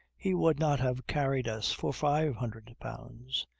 he would not have carried us for five hundred pounds.